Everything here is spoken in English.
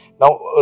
Now